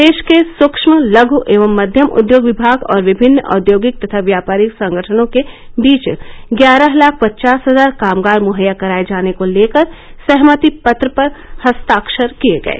प्रदेश के सूक्ष्म लघ एवं मध्यम उद्योग विमाग और विमिन्न औद्योगिक तथा व्यापारिक संगठनों के बीच ग्यारह लाख पचास हजार कामगार मुहैया कराये जाने को लेकर सहमति पत्र पर हस्ताक्षर किये गये